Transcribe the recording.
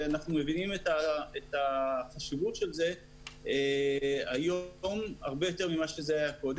ואנחנו מבינים את החשיבות של זה היום הרבה יותר ממה שזה היה קודם,